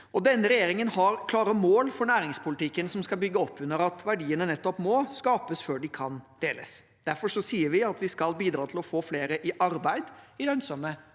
Denne regjeringen har klare mål for næringspolitikken som skal bygge opp under at verdiene må skapes før de kan deles, og derfor sier vi at vi skal bidra til å få flere i arbeid i lønnsomme